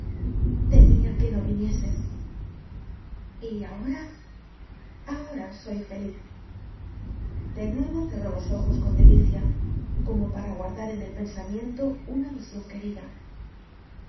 temía que no vinieses y ahora ahora soy feliz de nuevo cerró los ojos con delicia como para guardar en el pensamiento una visión querida